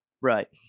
right